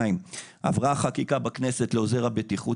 שנית: עברה בכנסת חקיקה לעוזר הבטיחות,